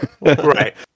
Right